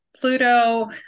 Pluto